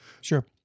Sure